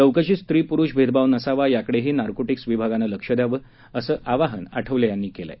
चौकशीत स्त्री पुरुष भेदभाव नसावा याकडेही नार्कोटिक्स विभागानं लक्ष द्यावं असं आवाहन आठवले यांनी केल आहे